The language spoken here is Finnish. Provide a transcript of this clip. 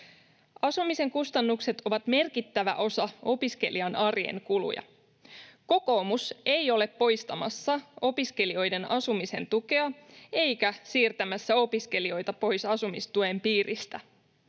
”Asumisen kustannukset ovat merkittävä osa opiskelijan arjen kuluja. Kokoomus ei ole poistamassa opiskelijoiden asumisen tukea eikä siirtämässä opiskelijoita pois asumistuen piiristä.